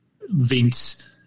Vince